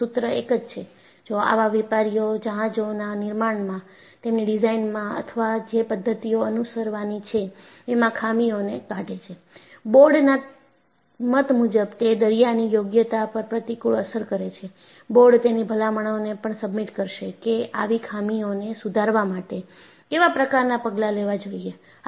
આનું સૂત્ર એક જ છે જો આવા વેપારીઓ જહાજોના નિર્માણમાં તેમની ડિઝાઇનમાં અથવા જે પદ્ધતિઓ અનુસરવાની છે એમાં ખામીઓને કાઢે છે બોર્ડના મત મુજબ તે દરિયાની યોગ્યતા પર પ્રતિકૂળ અસર કરે છે બોર્ડ તેની ભલામણોને પણ સબમિટ કરશે કે આવી ખામીઓને સુધારવા માટે કેવા પ્રકારના પગલાં લેવા જોઈએ